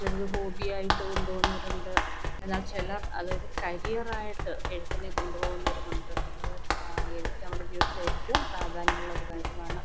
ചിലർ ഹോബിയായിട്ട് കൊണ്ടു പോകുന്നവർ ഉണ്ട് എന്നാൽ ചിലർ അതൊരു കരിയറായിട്ട് എഴുത്തിനെ കൊണ്ടു പോകുന്നവരുമുണ്ട് അത് സാ എഴുത്ത് നമ്മുടെ ജീവിതത്തിൽ ഏറ്റവും പ്രാധാന്യമുള്ളൊരു കാര്യമാണ്